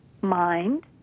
mind